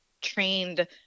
trained